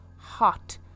hot